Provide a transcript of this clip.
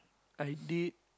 i did